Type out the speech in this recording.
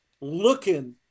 looking